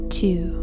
two